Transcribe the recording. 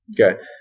Okay